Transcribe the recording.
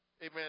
Amen